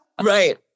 Right